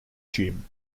jim